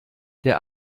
der